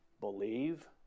believe